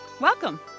Welcome